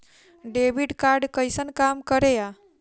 Debit card कैसन काम करेया?